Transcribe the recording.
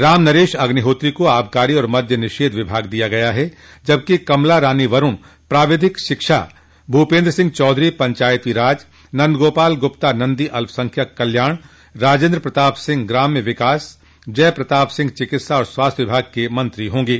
राम नरेश अग्निहोत्री को आबकारी और मद्य निषेध विभाग दिया गया है जबकि कमला रानी वरूण प्राविधिक शिक्षा भूपेन्द्र सिंह चौधरी पंचायती राज नन्द गोपाल गुप्ता नंदी अल्पसंख्यक कल्याण राजेन्द्र प्रताप सिंह ग्राम्य विकास जय प्रताप सिंह चिकित्सा और स्वास्थ्य विभाग के मंत्री होंगे